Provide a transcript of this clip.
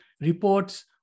reports